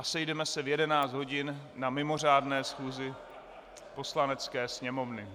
Sejdeme se v 11 hodin na mimořádné schůzi Poslanecké sněmovny.